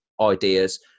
ideas